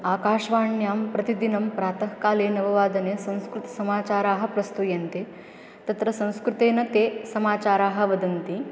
आकाश्वाण्यां प्रतिदिनं प्रातःकाले नववादने संस्कृतसमाचाराः प्रस्तूयन्ते तत्र संस्कृतेन ते समाचारान् वदन्ति